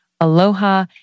Aloha